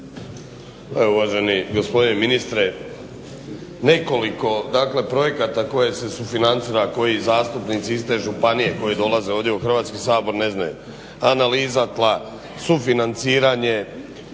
uvaženi gospodine ministre, nekoliko dakle projekata koje se sufinancira, koji zastupnici iz te županije koji dolaze ovdje u Hrvatski sabor ne znaju analiza tla, sufinanciranje